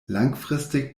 langfristig